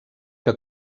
que